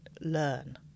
learn